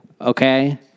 Okay